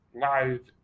live